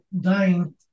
dying